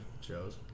shows